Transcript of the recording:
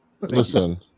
Listen